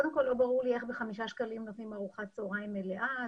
לא ברור לי איך בחמישה שקלים נותנים ארוחת צוהריים מלאה.